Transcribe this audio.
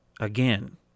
again